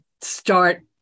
start